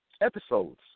episodes